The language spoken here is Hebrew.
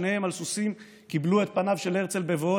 שניהם על סוסים קיבלו את פניו של הרצל בבואו